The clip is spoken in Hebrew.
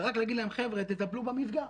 זה רק להגיד להם: חבר'ה, תטפלו במפגע.